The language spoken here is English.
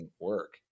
work